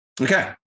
Okay